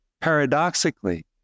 paradoxically